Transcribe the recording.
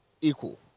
equal